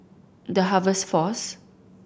The Harvest Force